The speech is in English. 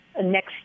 next